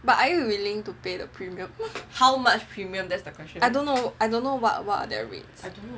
but are you willing to pay the premium I don't know I don't know what what are their rates